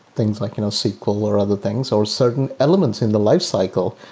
things like you know sql or other things, or certain elements in the lifecycle,